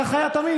כך היה תמיד.